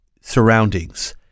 surroundings